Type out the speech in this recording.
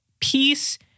peace